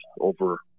over